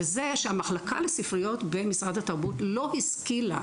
וזה שהמחלקה לספריות במשרד התרבות לא השכילה,